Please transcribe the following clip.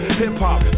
hip-hop